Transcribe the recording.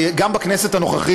גם בכנסת הנוכחית,